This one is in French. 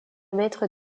maître